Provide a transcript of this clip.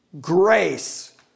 grace